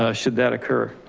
ah should that occur?